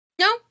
No